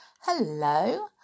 Hello